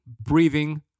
breathing